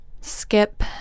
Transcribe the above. skip